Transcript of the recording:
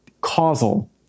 causal